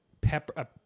pepper